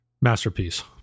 masterpiece